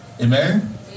Amen